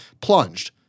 plunged